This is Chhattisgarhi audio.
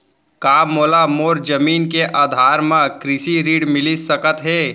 का मोला मोर जमीन के आधार म कृषि ऋण मिलिस सकत हे?